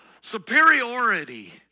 superiority